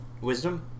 Wisdom